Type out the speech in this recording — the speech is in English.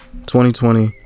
2020